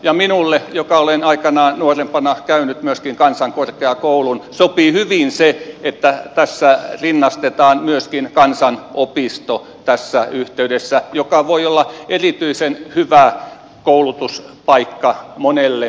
ja minulle joka olen aikanaan nuorempana käynyt myöskin kansankorkeakoulun sopii hyvin se että tässä yhteydessä rinnastetaan myöskin kansanopisto joka voi olla erityisen hyvä koulutuspaikka monelle nuorelle